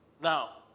now